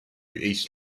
east